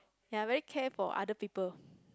ya very care for other people